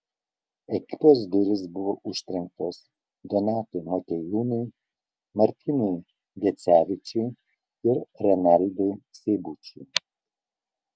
ekipos durys buvo užtrenktos donatui motiejūnui martynui gecevičiui ir renaldui seibučiui